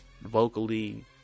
vocally